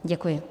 Děkuji.